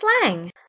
slang